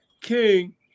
king